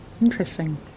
Interesting